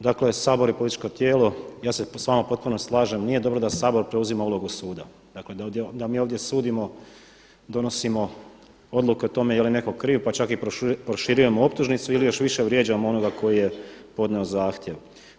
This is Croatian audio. Dakle, Sabor je političko tijelo ja se s vama potpuno slažem nije dobro da Sabor preuzima ulogu suda, dakle da mi ovdje sudimo, donosimo odluke o tome je li netko kriv pa čak i proširujemo optužnicu ili još više vrijeđamo onoga koji je podnio zahtjev.